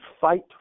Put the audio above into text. fight